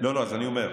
אני אומר,